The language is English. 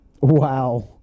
Wow